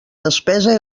despesa